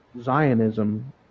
Zionism